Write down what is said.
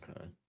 Okay